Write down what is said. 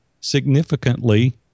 significantly